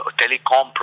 telecom